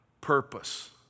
purpose